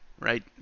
Right